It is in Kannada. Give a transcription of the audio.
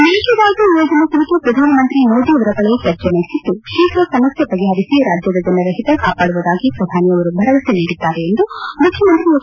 ಮೇಕೆದಾಟು ಯೋಜನೆ ಕುರಿತು ಪ್ರಧಾನಮಂತ್ರಿ ನರೇಂದ್ರ ಮೋದಿಯವರ ಬಳಿ ಚರ್ಚೆ ನಡೆಸಿದ್ದು ಶೀಪ್ರ ಸಮಸ್ಯೆ ಬಗೆಹರಿಸಿ ರಾಜ್ಯದ ಜನರ ಹಿತ ಕಾಪಾಡುವುದಾಗಿ ಪ್ರಧಾನಿಯವರು ಭರವಸೆ ನೀಡಿದ್ದಾರೆ ಎಂದು ಮುಖ್ಯಮಂತ್ರಿ ಎಚ್